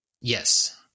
Yes